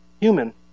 human